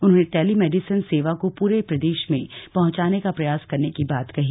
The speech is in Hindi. उन्होंने टेलीमेडिसिन सेवा को पूरे प्रदेश में पहुंचाने का प्रयास करने की बात कही